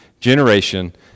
generation